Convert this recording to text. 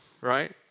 right